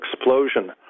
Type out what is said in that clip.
explosion